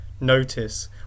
notice